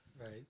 right